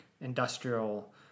industrial